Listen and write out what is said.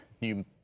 new